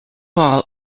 all